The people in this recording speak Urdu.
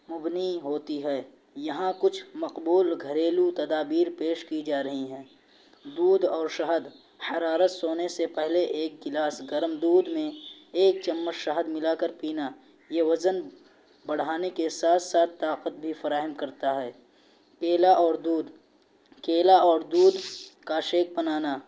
مبنی ہوتی ہے یہاں کچھ مقبول گھریلو تدابیر پیش کی جا رہی ہیں دودھ اور شہد حرارت سونے سے پہلے ایک گلاس گرم دودھ میں ایک چمچ شہد ملا کر پینا یہ وزن بڑھانے کے ساتھ ساتھ طاقت بھی فراہم کرتا ہے کیلا اور دودھ کیلا اور دودھ کا شیک بنانا